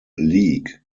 league